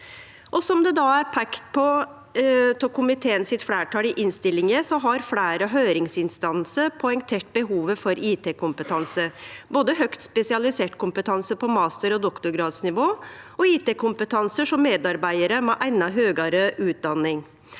Som det er peikt på av eit komitéfleirtal i innstillinga, har fleire høyringsinstansar poengtert behovet for IT-kompetanse, både høgt spesialisert kompetanse på master- og doktorgradsnivå og IT-kompetanse hjå medarbeidarar med anna høgare utdanning.